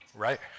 Right